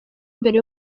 imbere